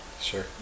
Sure